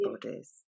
bodies